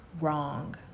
wrong